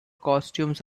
costumes